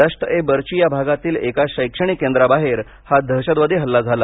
दश्त ए बरची या भागातील एका शैक्षणिक केंद्राबाहेर हा दहशतवादी हल्ला झाला